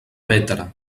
bétera